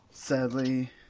Sadly